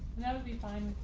that would be fine